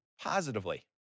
positively